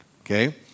okay